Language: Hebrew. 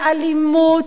לאלימות,